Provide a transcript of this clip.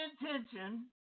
intention